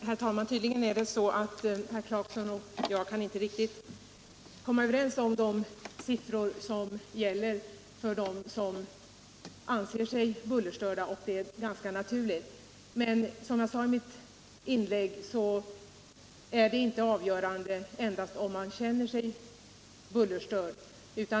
Herr talman! Tydligen kan herr Clarkson och jag inte riktigt komma överens om vilka siffror som gäller för gruppen av dem som anser sig bullerstörda, och det är ganska naturligt. Men som jag sade i mitt tidigare inlägg är det avgörande inte endast om man känner sig bullerstörd.